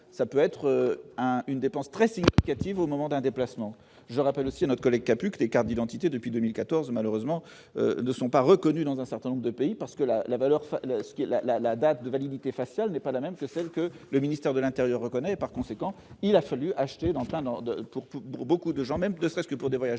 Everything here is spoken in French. ça peut être une dépense très c'est au moment d'un déplacement, je rappelle aussi à notre collègue qui a plus que les cartes d'identité depuis 2014, malheureusement, ne sont pas reconnus dans un certain nombre de pays parce que la la valeur la la date de validité facial, n'est pas la même, le ministère de l'Intérieur reconnaît, par conséquent, il a fallu acheter enfin pour pour beaucoup de gens, même presque pour des voyages